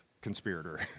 conspirator